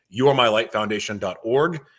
YouAreMyLightFoundation.org